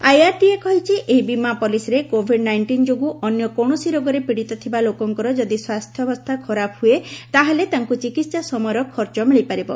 IRDA କହିଛି ଏହି ବୀମା ପଲିସିରେ କୋଭିଡ୍ ନାଇଷ୍ଟିନ୍ ଯୋଗୁଁ ଅନ୍ୟ କୌଣସି ରୋଗରେ ପୀଡ଼ିତ ଥିବା ଲୋକଙ୍କର ଯଦି ସ୍ପାସ୍ଥ୍ୟାବସ୍ଥା ଖରାପ ହୁଏ ତା'ହେଲେ ତାଙ୍କୁ ଚିକିତ୍ସା ସମୟର ଖର୍ଚ୍ଚ ମିଳିପାରିବ